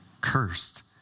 cursed